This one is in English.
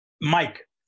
Mike